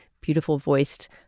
beautiful-voiced